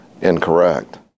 incorrect